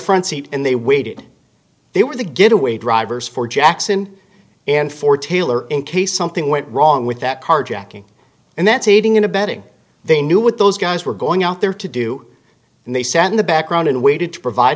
front seat and they waited they were the get away drivers for jackson and for taylor in case something went wrong with that carjacking and that's aiding and abetting they knew what those guys were going out there to do and they sat in the background and waited to provide